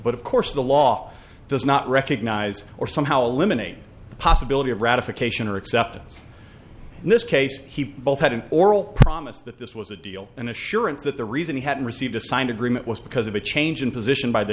but of course the law does not recognize or somehow limit the possibility of ratification or acceptance in this case keep both had an oral promise that this was a deal an assurance that the reason he hadn't received a signed agreement was because of a change in position by the